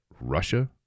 Russia